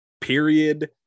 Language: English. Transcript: period